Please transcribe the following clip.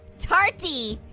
tarty